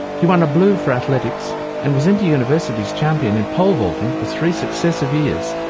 he won a blue for athletics and was inter-universities champion in pole-vaulting for three successive years,